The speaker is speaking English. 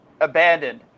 abandoned